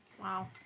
Wow